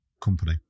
company